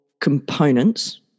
components